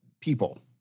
people